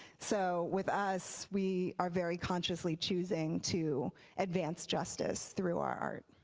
so with us, we are very consciously choosing to advance justice through our art.